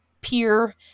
peer